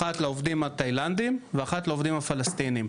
אחת לעובדים התאילנדים, ואחת לעובדים הפלסטינים.